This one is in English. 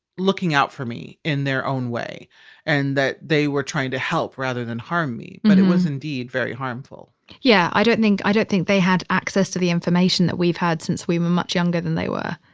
looking out for me in their own way and that they were trying to help rather than harm me. but it was indeed very harmful yeah, i don't think, i don't think they had access to the information that we've had since we were much younger than they were.